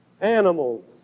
animals